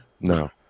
No